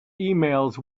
emails